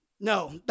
No